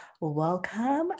Welcome